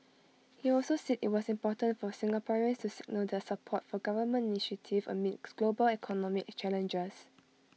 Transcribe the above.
he also said IT was important for Singaporeans to signal their support for government initiatives amid global economic challenges